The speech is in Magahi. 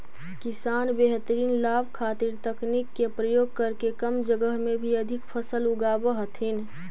किसान बेहतर लाभ खातीर तकनीक के प्रयोग करके कम जगह में भी अधिक फसल उगाब हथिन